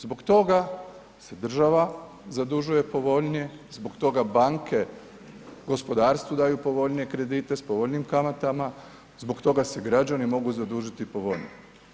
Zbog toga se država zadužuje povoljnije, zbog toga banke gospodarstvu daju povoljnije kredite s povoljnijim kamatama, zbog toga se građani mogu zadužiti povoljnije.